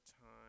time